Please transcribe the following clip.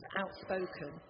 outspoken